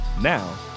Now